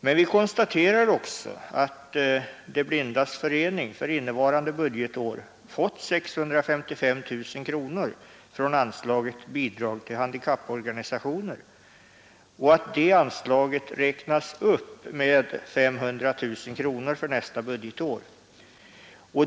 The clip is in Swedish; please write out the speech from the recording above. Men vi konstaterar också att De blindas förening för innevarande budgetår fått 655 000 kronor från anslaget Bidrag till handikapporganisationen och att detta anslag räknas upp med 500 000 kronor för nästa budgetår.